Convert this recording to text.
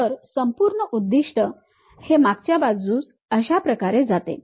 तर संपूर्ण उद्दिष्ट हे मागच्या बाजूस अशा प्रकारे जाते